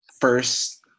first